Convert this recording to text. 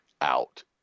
out